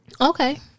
Okay